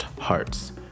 hearts